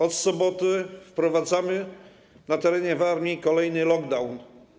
Od soboty wprowadzamy na terenie Warmii kolejny lockdown.